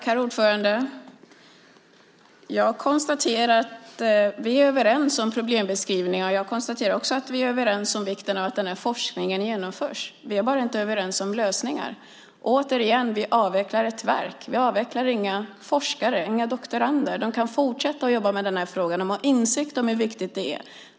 Herr talman! Jag konstaterar att vi är överens om problembeskrivningen, och vi är också överens om vikten av att den här forskningen genomförs. Vi är bara inte överens om lösningarna. Återigen: Vi avvecklar ett verk. Vi avvecklar inga forskare, inga doktorander, utan de kan fortsätta att jobba med dessa frågor. De har insikt om hur viktiga de är.